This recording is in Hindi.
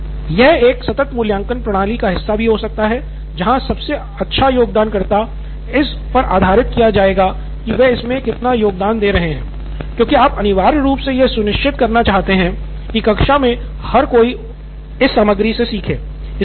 निथिन कुरियन यह एक सतत मूल्यांकन प्रणाली का हिस्सा भी हो सकता हैं जहां सबसे अच्छा योगदानकर्ता इस पर आधारित किया जाएगा है कि वे इसमें कितना योगदान दे रहे हैं क्योंकि आप अनिवार्य रूप से यह सुनिश्चित करना चाहते हैं कि कक्षा में हर कोई इस सामग्री से सीखे